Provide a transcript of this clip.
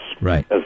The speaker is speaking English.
Right